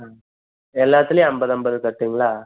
ஆ எல்லாத்திலையும் ஐம்பது ஐம்பது கட்டுங்களா